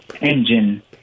engine